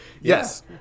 Yes